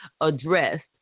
addressed